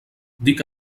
dic